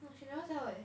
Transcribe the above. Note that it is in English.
oh she never sell eh